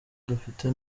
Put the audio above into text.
dufite